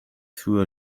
through